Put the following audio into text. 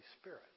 Spirit